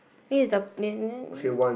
this is the